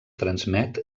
transmet